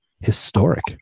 Historic